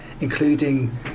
including